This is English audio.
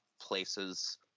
places